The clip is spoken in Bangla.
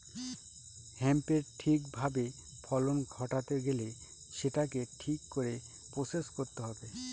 হেম্পের ঠিক ভাবে ফলন ঘটাতে গেলে সেটাকে ঠিক করে প্রসেস করতে হবে